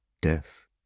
death